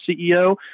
CEO